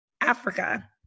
Africa